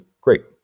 great